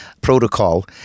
protocol